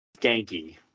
Skanky